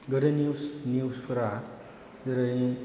गोदो निउसफोरा जेरै